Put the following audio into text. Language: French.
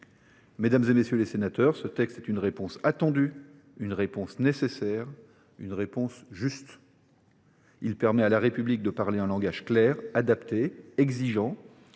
Mesdames, messieurs les sénateurs, ce texte est une réponse attendue, nécessaire, juste. Il permet à la République de parler un langage clair, adapté, exigeant.